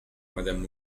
madame